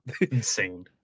insane